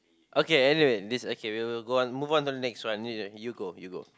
okay anyway this okay we will go on move on to the next one you go you go